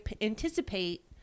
anticipate